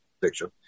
picture